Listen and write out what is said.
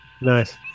Nice